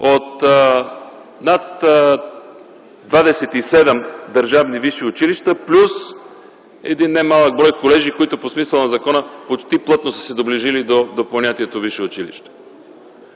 от над 27 държавни висши училища плюс един немалък брой колежи, които по смисъла на закона почти плътно са се доближили до понятието „висше училище”?